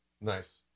Nice